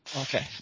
Okay